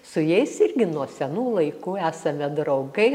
su jais irgi nuo senų laikų esame draugai